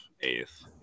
eighth